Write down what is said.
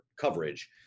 coverage